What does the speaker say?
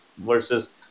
versus